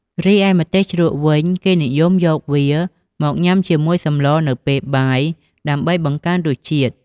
រីឯម្ទេសជ្រក់វិញ គឺគេនិយមយកវាមកញ៉ាំជាមួយសម្លរនៅពេលបាយដើម្បីបង្កើនរសជាតិ។